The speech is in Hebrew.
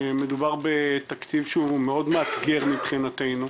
זה תקציב מאתגר מאוד מבחינתנו.